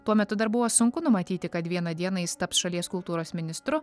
tuo metu dar buvo sunku numatyti kad vieną dieną jis taps šalies kultūros ministru